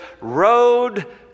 road